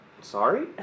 sorry